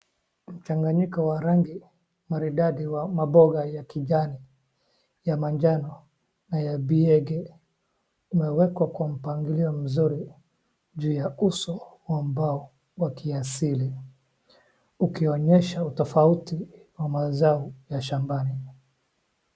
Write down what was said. Mchanganyiko wa rangi maridadi ya maboga ya kijani, ya manjano, na ya biege. Umewekwa kwa mpangilio mzuri juu ya uso wa mbao wa kiasili ukionyesha utofauti wa mazao ya shambani.